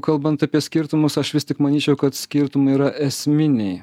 kalbant apie skirtumus aš vis tik manyčiau kad skirtumai yra esminiai